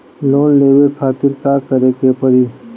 Loan लेवे खातिर का करे के पड़ी?